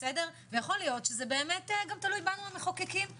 יכול להיות שזה תלוי בנו המחוקקים לומר: